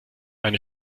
eine